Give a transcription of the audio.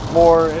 more